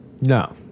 No